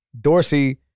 Dorsey